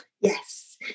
Yes